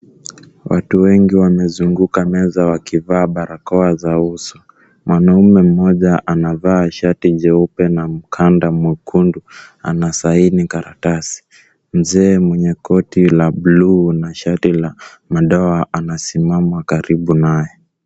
Watu wengi wamezunguka meza wakivaa barakoa za uso. Mwanaume mmoja anavaa shati jeupe na mkanda mwekundu anasaini karatasi. Mzee mwenye koti la blue na shati la madoa anasimama karibu naye.